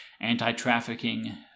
anti-trafficking